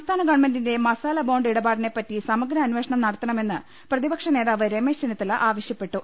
സംസ്ഥാന ഗവൺമെന്റിന്റെ മസാല ബോണ്ട് ഇടപാടിനെപ്പറ്റി സമഗ്ര അന്വേഷണം നടത്തണമെന്ന് പ്രതി പക്ഷനേതാവ് രമേശ് ചെന്നിത്തല ആവശ്യപ്പെട്ടു